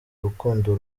urukundo